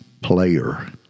player